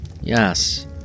Yes